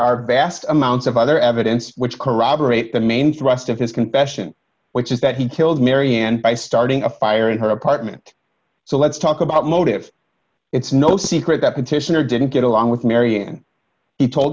are vast amounts of other evidence which corroborate the main thrust of his confession which is that he killed mary and by starting a fire in her apartment so let's talk about motive it's no secret that petitioner didn't get along with mary and he told